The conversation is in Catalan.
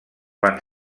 van